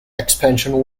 expansion